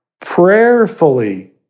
prayerfully